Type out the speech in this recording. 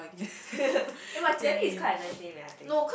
eh but Jie-Li is quite a nice name leh I think